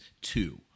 two